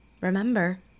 Remember